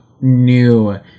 new